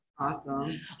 Awesome